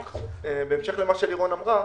בהמשך למה שלירון אמרה,